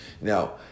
Now